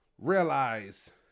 realize